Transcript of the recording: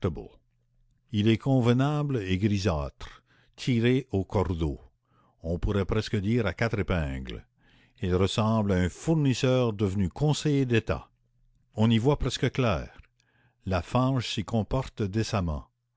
il est convenable et grisâtre tiré au cordeau on pourrait presque dire à quatre épingles il ressemble à un fournisseur devenu conseiller d'état on y voit presque clair la fange s'y comporte décemment